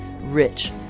rich